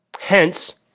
Hence